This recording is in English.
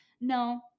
No